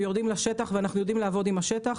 יורדים לשטח ואנחנו יודעים לעבוד עם השטח,